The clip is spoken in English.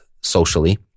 socially